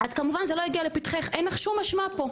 כמובן, זה לא הגיע לפתחך, אין לך שום אשמה פה.